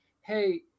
Hey